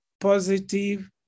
positive